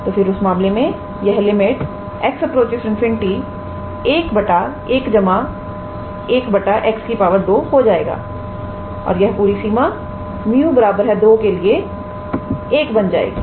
तो फिर उस मामले में यहx∞111𝑥2 हो जाएगा और फिर यह पूरी सीमा 𝜇 2 के लिए 1 बन जाएगी